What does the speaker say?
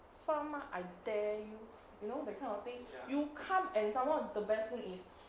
farm ah I dare you know that kind of thing you come and someone the best thing is